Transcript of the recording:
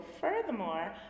furthermore